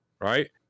right